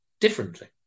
differently